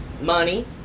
money